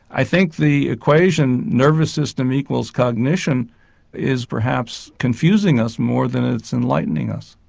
i think the equation nervous system equals cognition is perhaps confusing us more than it's enlightening us.